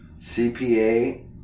CPA-